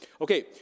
okay